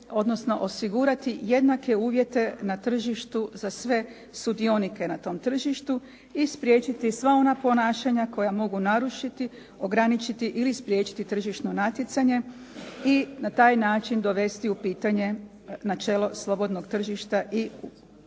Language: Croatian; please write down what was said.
odnosno osigurati jednake uvjete na tržištu za sve sudionike na tom tržištu i spriječiti sva ona ponašanja koja mogu narušiti, ograničiti ili spriječiti tržišno natjecanje i na taj način dovesti u pitanje načelo slobodnog tržišta i u konačnici